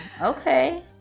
okay